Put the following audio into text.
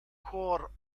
chor